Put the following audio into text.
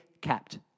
capped